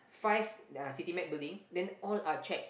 five uh city med building then all are cheque